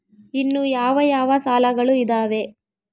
ಇನ್ನು ಯಾವ ಯಾವ ಸಾಲಗಳು ಇದಾವೆ?